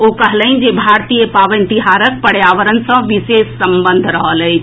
ओ कहलनि जे भारतीय पावनि तिहारक पर्यावरण सँ विशेष संबंध रहल अछि